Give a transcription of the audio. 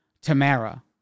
Tamara